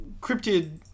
cryptid